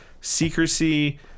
secrecy